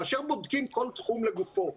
כאשר בודקים כל תחום לגופו,